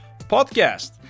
podcast